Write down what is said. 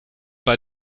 bei